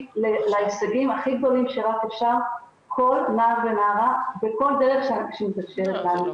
להישגים הכי גדולים שרק אפשר כל נער ונערה בכל דרך שמתאפשרת לנו.